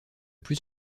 plus